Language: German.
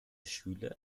schüler